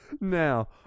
Now